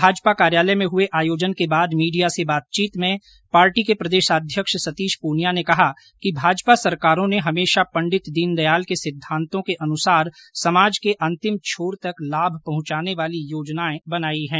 भाजपा कार्यालय में हुए आयोजन के बाद मीडिया से बातचीत में भाजपा प्रदेशाध्यक्ष सतीश पूनिया ने कहा कि भाजपा सरकारों ने हमेशा पंडित दीनदयाल के सिद्धांतों के अनुसार समाज के अंतिम छोर तक लाभ पहुंचाने वाली योजनाएं बनायी हैं